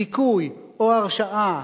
זיכוי או הרשעה,